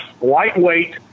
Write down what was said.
lightweight